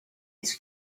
its